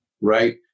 Right